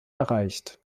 erreicht